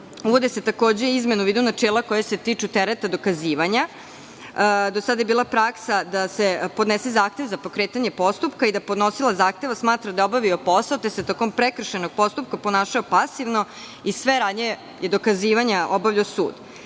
zakonom se uvode izmene u vidu načela koja se tiču tereta dokazivanja. Do sada je bila praksa da se podnese zahtev za pokretanje postupka i da podnosilac zahteva smatra da je obavio posao, te se tokom prekršajnog postupka ponašao pasivno i sve radnje dokazivanja je obavljao sud.